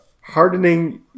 Hardening